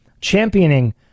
championing